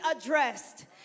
addressed